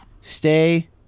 stay